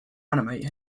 animate